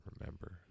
remember